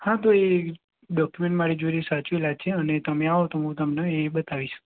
હા તો એ ડોક્યુમેન્ટ મારી જોડે સાચવેલાં છે અને તમે આવો તો હું તમને એ બતાવીશ